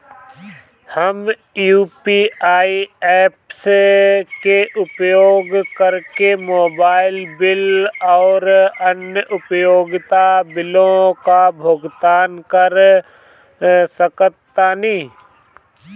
हम UPI apps के उपयोग करके मोबाइल बिल आउर अन्य उपयोगिता बिलों का भुगतान कर सकतानी